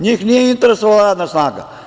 Njih nije interesovala radna snaga.